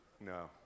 No